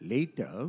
Later